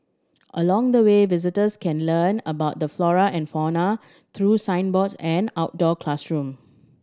along the way visitors can learn about the flora and fauna through signboards and outdoor classroom